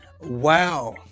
wow